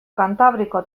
kantabriko